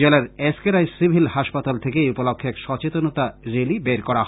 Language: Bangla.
জেলার এস কে রায় সিভিল হাসপাতাল থেকে এ উপলক্ষ্যে এক সচেতনতা র্যালী বের করা হয়